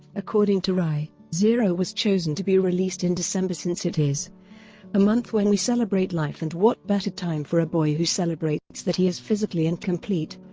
according to rai, zero was chosen to be released in december since it is a month when we celebrate life and what better time for a boy who celebrates that he is physically incomplete